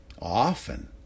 Often